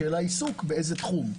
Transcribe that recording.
השאלה היא באיזה תחום העיסוק.